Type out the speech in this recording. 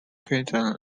quezon